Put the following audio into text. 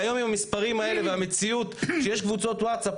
והיום עם המספרים האלה והמציאות שיש קבוצות וואטסאפ,